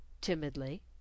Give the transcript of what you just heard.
Timidly